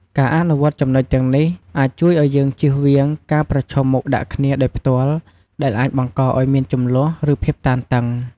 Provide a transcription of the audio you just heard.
ការអនុវត្តន៍ចំណុចទាំងនេះ អាចជួយឲ្យយើងជៀសវាងការប្រឈមមុខដាក់គ្នាដោយផ្ទាល់ ដែលអាចបង្កឲ្យមានជម្លោះ ឬភាពតានតឹង។